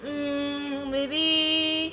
mmhmm maybe